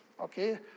okay